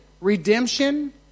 Redemption